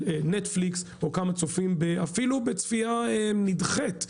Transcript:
Netflix או כמה צופים אפילו בצפייה נדחית,